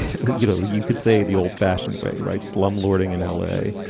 you know you could say the old fashioned way right slum lording in l a.